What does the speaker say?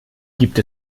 gibt